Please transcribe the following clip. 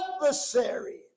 adversary